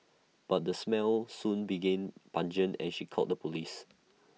but the smell soon became pungent and she called the Police